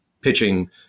pitching